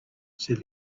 said